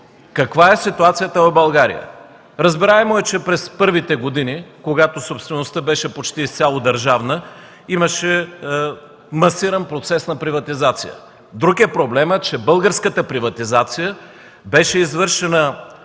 Каква е ситуацията в България? Разбираемо е, че през първите години, когато собствеността беше изцяло държавна, имаше масиран процес на приватизация. Друг е проблемът, че българската приватизация беше извършена